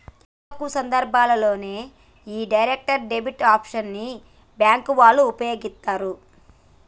చాలా తక్కువ సందర్భాల్లోనే యీ డైరెక్ట్ డెబిట్ ఆప్షన్ ని బ్యేంకు వాళ్ళు వుపయోగిత్తరు